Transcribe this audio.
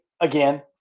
again